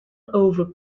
over